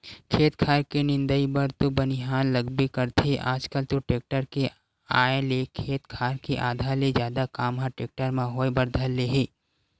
खेत खार के निंदई बर तो बनिहार लगबे करथे आजकल तो टेक्टर के आय ले खेत खार के आधा ले जादा काम ह टेक्टर म होय बर धर ले हे